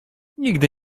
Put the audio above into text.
nigdy